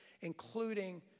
including